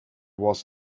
was